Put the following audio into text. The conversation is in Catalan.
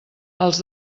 els